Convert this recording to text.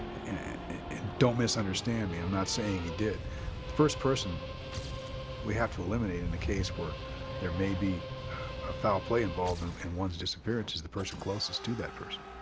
and don't misunderstand me i'm not saying he did. the first person we have to eliminate in a case where there may be foul play involved in one's disappearance is the person closest to that person.